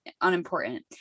unimportant